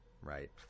right